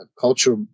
culture